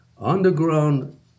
underground